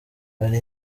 hari